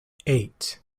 eight